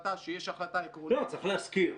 צריך להזכיר.